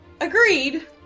Agreed